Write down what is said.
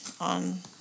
on